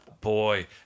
Boy